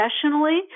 professionally